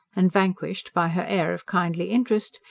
and vanquished by her air of kindly interest,